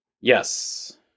Yes